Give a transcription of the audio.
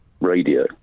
Radio